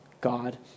God